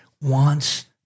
wants